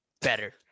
better